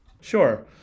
Sure